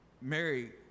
Mary